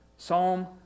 Psalm